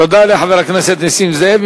תודה לחבר הכנסת נסים זאב.